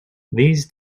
these